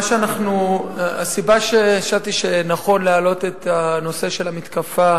הסיבה שחשבתי שנכון להעלות את הנושא של המתקפה